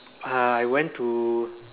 uh I went to